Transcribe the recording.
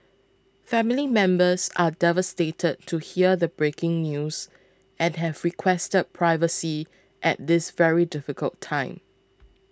family members are devastated to hear the breaking news and have requested privacy at this very difficult time